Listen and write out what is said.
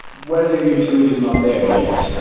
where their utility is not there yet.